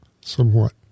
somewhat